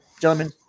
Gentlemen